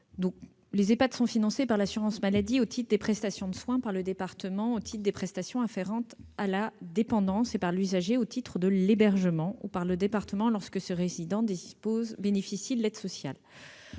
les Ehpad sont financés par l'assurance maladie au titre des prestations de soins, par le département au titre des prestations afférentes à la dépendance et par l'usager au titre de l'hébergement ou, à ce dernier titre, par le département lorsque le résident bénéficie de l'aide sociale